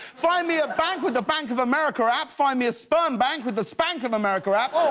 find me a bank with the bank of america app, find me a sperm bank with the spank of america app. or,